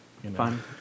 fun